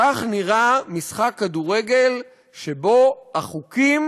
כך נראה משחק כדורגל שבו החוקים